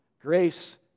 Grace